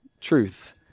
truth